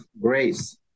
grace